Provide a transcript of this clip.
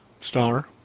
star